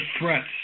threats